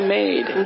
made